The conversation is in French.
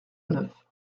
neuf